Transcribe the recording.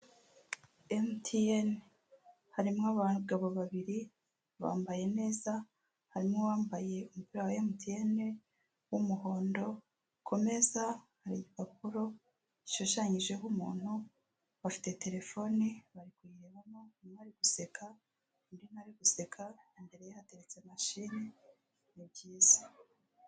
MTN harimo abagabo babiri bambaye neza, harimo uwambaye umupira wa MTN w'umuhondo. Ku meza hari igipapuro gishushanyijeho umuntu, bafite telefone bari kuyirebamo umwari guseka undi ntari guseka yari yahateretse mashine ni byiza.